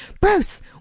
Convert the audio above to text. Bruce